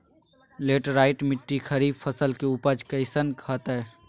Laterite मिट्टी खरीफ फसल के उपज कईसन हतय?